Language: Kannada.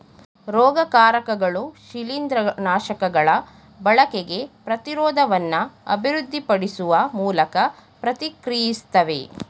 ರೋಗಕಾರಕಗಳು ಶಿಲೀಂದ್ರನಾಶಕಗಳ ಬಳಕೆಗೆ ಪ್ರತಿರೋಧವನ್ನು ಅಭಿವೃದ್ಧಿಪಡಿಸುವ ಮೂಲಕ ಪ್ರತಿಕ್ರಿಯಿಸ್ತವೆ